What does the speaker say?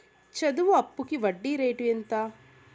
చదువు అప్పుకి వడ్డీ రేటు ఎంత?